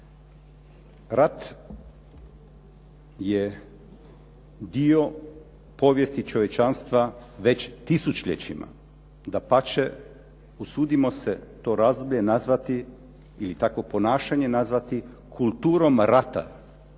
rat je dio povijesti čovječanstva već tisućljećima. Dapače, usudimo se to razdoblje nazvati, ili takvo ponašanje nazvati kulturom rata,